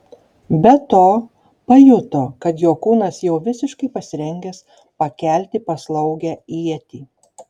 be to pajuto kad jo kūnas jau visiškai pasirengęs pakelti paslaugią ietį